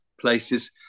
places